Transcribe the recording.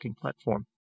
platform